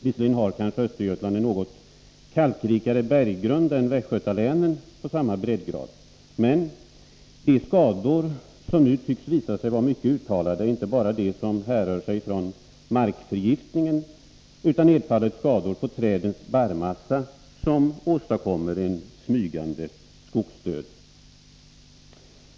Visserligen har kanske Östergötland en något kalkrikare berggrund än västgötalänen på samma breddgrad, men de skador som nu tycks visa sig vara mycket uttalade är inte bara de som härrör sig från markförgiftningen utan även nedfallets skador på trädens barrmassa, som åstadkommer en smygande skogsdöd.